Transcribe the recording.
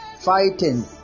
Fighting